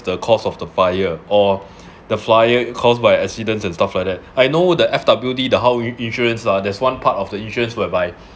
the cause of the fire or the fire caused by accidents and stuff like that I know the F_W_D the how in~ insurance lah there's one part of the insurance whereby